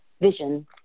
vision